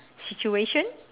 situation